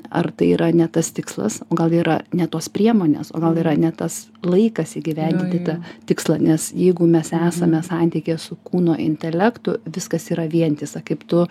ar tai yra ne tas tikslas o gal yra ne tos priemonės o gal yra ne tas laikas įgyvendinti tą tikslą nes jeigu mes esame santykyje su kūno intelektu viskas yra vientisa kaip tu